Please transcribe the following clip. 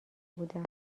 بودم